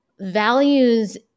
values